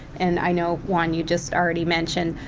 and i know, juan, you just already mentioned,